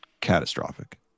catastrophic